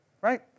right